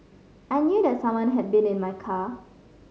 I knew that someone had been in my car